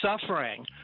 suffering